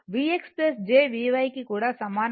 v x j Vy కి కూడా సమానం